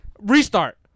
Restart